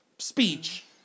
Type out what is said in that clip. speech